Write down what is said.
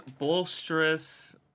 bolsterous